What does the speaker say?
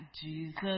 Jesus